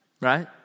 Right